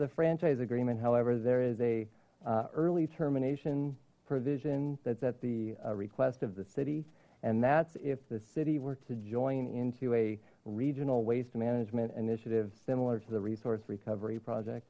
the franchise agreement however there is a early termination provision that's at the request of the city and that's if the city were to join into a regional waste management initiative similar to the resource recovery project